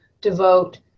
devote